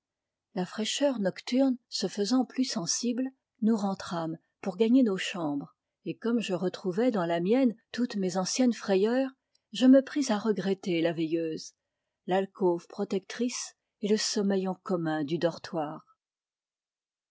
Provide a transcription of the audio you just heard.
la fraîcheur nocturne se faisant plus sensible nous rentrâmes pour gagner nos chambres et comme je retrouvais dans la mienne toutes mes anciennes frayeurs je me pris à regretter la veilleuse l'alcôve protectrice et le sommeil en commun du dortoir